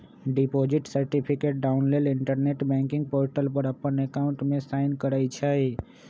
deposit certificate download लेल internet banking portal पर अप्पन अकाउंट में साइन करइ छइ